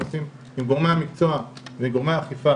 בשני מישורים: עם גורמי המקצוע ועם גורמי האכיפה,